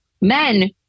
men